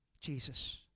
Jesus